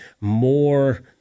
more